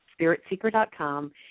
spiritseeker.com